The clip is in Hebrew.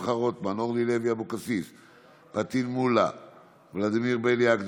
אנחנו מושכים את כל ההסתייגויות אם נירה עכשיו